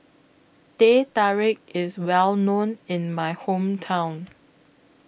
Teh Tarik IS Well known in My Hometown